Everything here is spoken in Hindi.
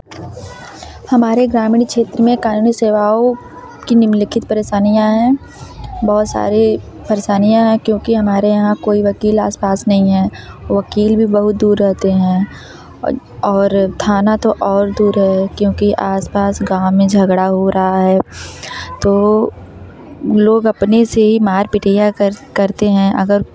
हमारे ग्रामीण क्षेत्र में कानूनी सेवाओं की निम्नलिखित परेशानियाँ हैं बहुत सारी परेशानियाँ हैं क्योंकि हमारे यहाँ कोई वकील आस पास नहीं हैं वकील भी बहुत दूर रहते हैं और थाना तो और दूर है क्योंकि आस पास गाँव में झगड़ा हो रहा है तो लोग अपने से ही मार पिटैया कर करते हैं अगर